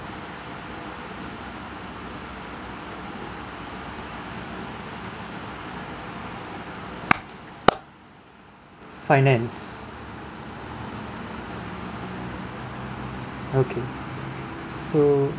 finance okay so